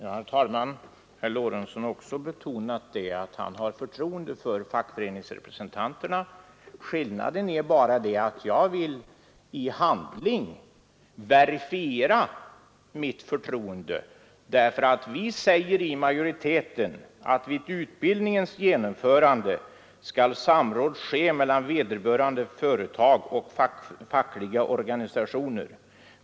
Herr talman! Herr Lorentzon har också betonat att han känner förtroende för fackföreningsrepresentanterna. Skillnaden är bara att jag i handling vill verifiera mitt förtroende. Vi inom majoriteten säger nämligen att vid utbildningens genomförande samråd skall ske mellan vederbörande företag och fackliga organisationer.